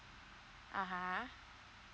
uh !huh!